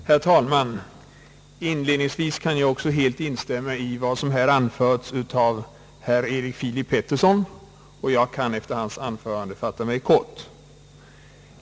Herr talman! Inledningsvis kan jag helt instämma i vad som här har anförts av herr Erik Filip Petersson. Jag kan efter hans anförande fatta mig kort.